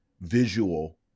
visual